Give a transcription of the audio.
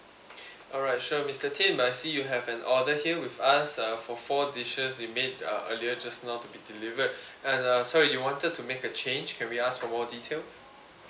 alright sure mister tim I see you have an order here with us uh for four dishes you made uh earlier just now to be delivered and uh sorry you wanted to make a change can we ask for more details